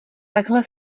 takhle